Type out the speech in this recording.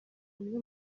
umwe